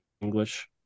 English